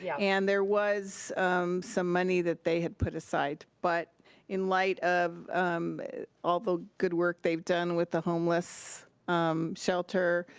yeah and there was some money that they had put aside. but in light of all the good work they've done with the homeless shelter,